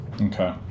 Okay